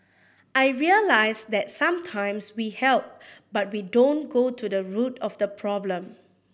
I realised that sometimes we help but we don't go to the root of the problem